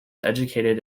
educated